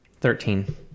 Thirteen